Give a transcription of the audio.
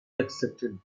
accepted